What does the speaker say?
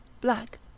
black